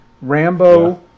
Rambo